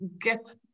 get